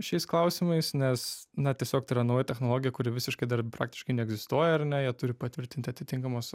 šiais klausimais nes na tiesiog tai yra nauja technologija kuri visiškai dar praktiškai neegzistuoja ar ne ją turi patvirtinti atitinkamos